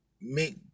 make